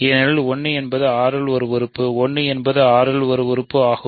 ஏனெனில் 1 என்பது R இன் ஒரு உறுப்பு 1 என்பது R இன் ஒரு உறுப்பு ஆகும்